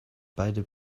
beide